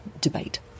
debate